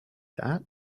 that